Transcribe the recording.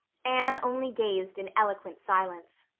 anne only gazed in eloquent silence.